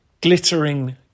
glittering